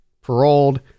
paroled